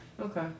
Okay